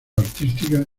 artística